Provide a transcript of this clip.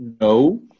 No